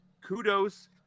Kudos